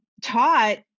taught